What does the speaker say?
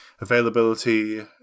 Availability